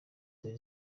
dore